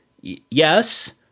Yes